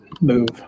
move